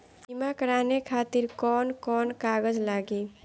बीमा कराने खातिर कौन कौन कागज लागी?